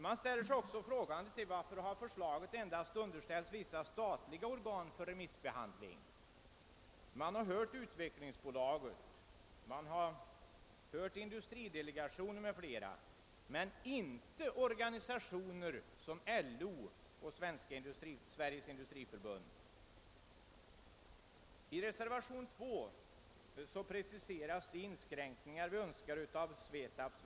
Man frågar sig också varför förslaget för remissyttrande underställts endast vissa statliga organ, såsom Utvecklingsbolaget, industridelegationen m.fl., men inte organisationer som LO och Sveriges industriförbund. I reservationen 2 preciseras de inskränkningar vi önskar i SVETAB:s verksamhet.